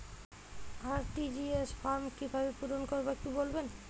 RTGS form কিভাবে পূরণ করবো একটু বলবেন?